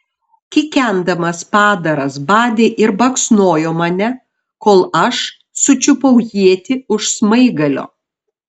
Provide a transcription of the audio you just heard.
kikendamas padaras badė ir baksnojo mane kol aš sučiupau ietį už smaigalio